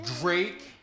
Drake